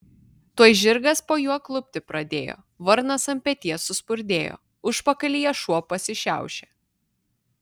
tuoj žirgas po juo klupti pradėjo varnas ant peties suspurdėjo užpakalyje šuo pasišiaušė